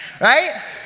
Right